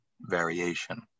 variation